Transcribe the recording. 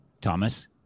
Thomas